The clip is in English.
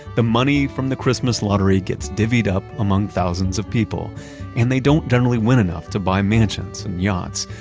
the money from the christmas lottery gets divvied up among thousands of people and they don't generally win enough to buy mansions and yachts.